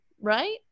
right